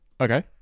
Okay